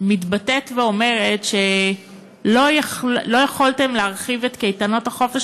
מתבטאת ואומרת שלא יכולתם להרחיב את קייטנות החופש